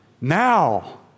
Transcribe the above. Now